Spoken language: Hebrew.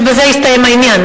ובזה יסתיים העניין.